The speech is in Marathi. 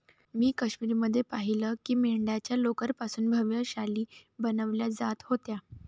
मी काश्मीर मध्ये पाहिलं की मेंढ्यांच्या लोकर पासून भव्य शाली बनवल्या जात होत्या